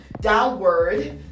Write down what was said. downward